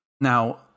Now